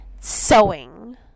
sewing